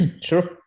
Sure